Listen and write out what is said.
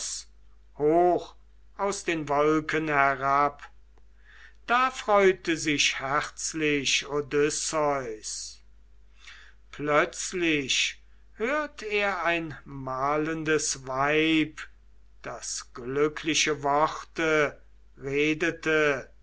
aus den wolken herab da freute sich herzlich odysseus plötzlich hört er ein mahlendes weib das glückliche worte redete